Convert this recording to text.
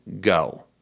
go